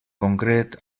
concret